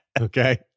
Okay